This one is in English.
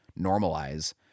normalize